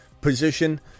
position